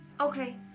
Okay